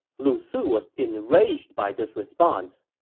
lu su was enraged by this response.